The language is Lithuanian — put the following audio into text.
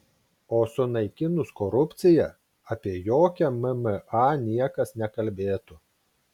o sunaikinus korupciją apie jokią mma niekas nekalbėtų